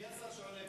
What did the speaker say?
1031,